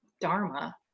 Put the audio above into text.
dharma